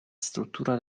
struttura